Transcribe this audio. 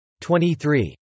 23